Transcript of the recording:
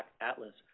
Atlas